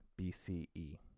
BCE